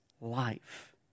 life